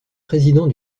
président